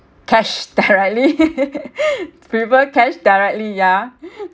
cash directly prefer cash directly yeah